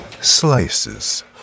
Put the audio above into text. Slices